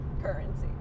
currency